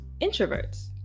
introverts